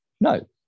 No